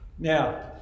Now